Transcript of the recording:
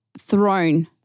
thrown